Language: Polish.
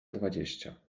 dwadzieścia